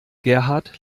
gerhard